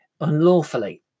unlawfully